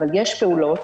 אבל יש פעולות